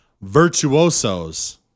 Virtuosos